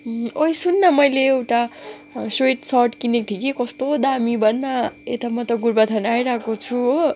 ओई सुन मैले एउटा स्वेटसर्ट किनेको थिएँ कि कस्तो दामी भन न यता म त गोरुबथान आइरहेको छु हो